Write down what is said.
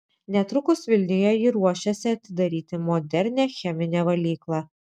netrukus vilniuje ji ruošiasi atidaryti modernią cheminę valyklą